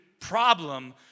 problem